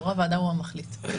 יו"ר הוועדה הוא המחליט.